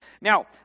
now